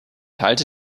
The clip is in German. halte